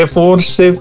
forse